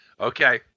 Okay